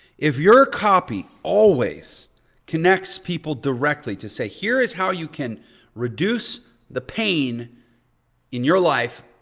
if your copy always connects people directly to say here is how you can reduce the pain in your life,